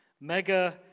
Mega